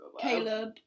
Caleb